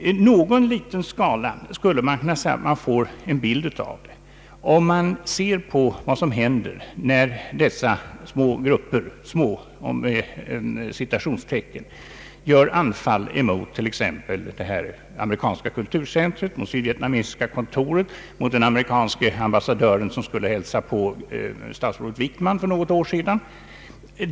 I någon liten skala skulle man kanske kunna få en bild av det genom att se på vad som händer när dessa ”små” grupper här i Stockholm gör anfall emot t.ex. USA:s kulturcentrum, Sydvietnam-kontoret, mot amerikanska ambassadören som skulle hälsa på statsrådet Wickman för något år sedan.